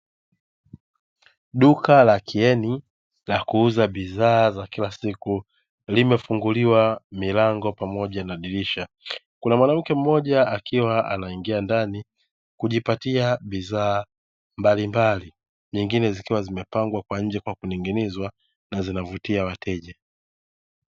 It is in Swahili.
Duka la kieni la kuuza bidha za kila siku limefunguliwa milango pamoja na dirisha, kuna mwanamke mmoja akiwa anaingia ndani kujipatia bidhaa mbalimbali, zingine zikiwa zimepangwa kwa nje kwa kuning'inizwa na zinavutia wateja.